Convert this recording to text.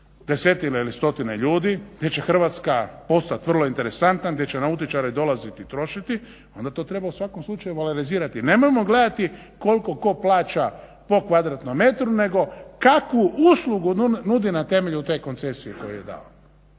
desetine ili stotine ljudi, gdje će Hrvatska postat vrlo interesantna, gdje će nautičari dolaziti trošiti onda to treba u svakom slučaju valorizirati. Nemojmo gledati koliko tko plaća po kvadratnom metru nego kakvu uslugu nudi na temelju te koncesije koju je dao.